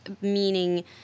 meaning